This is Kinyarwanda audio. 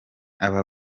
aba